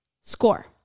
score